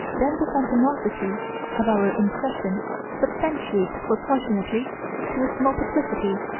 then the phantomosity of our impression substantiates proportionately to its multiplicity.